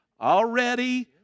already